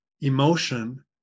emotion